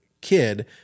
kid